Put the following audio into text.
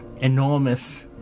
enormous